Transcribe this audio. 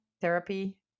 therapy